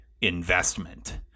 investment